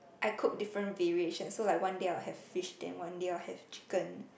I cook different variation so like one day I'll have fish then one day I'll have chicken